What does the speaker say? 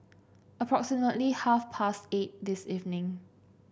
approximately half past eight this evening